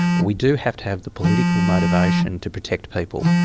but we do have to have the political motivation to protect people.